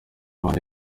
banjye